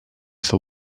for